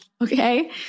Okay